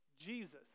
Jesus